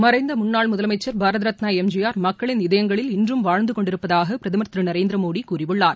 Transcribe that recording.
மறைந்த முன்னாள் முதலமைச்சர் Bharat Ratna M G R மக்களின் இதயங்களில் இன்றும் வாழ்ந்து கொண்டிருப்பதாக பிரதமர் திரு நரேந்திரமோடி கூறியுள்ளார்